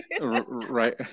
right